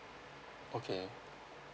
okay